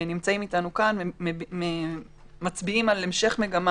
נמצאים אתנו כאן ומצביעים על המשך מגמה